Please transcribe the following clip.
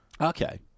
Okay